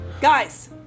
guys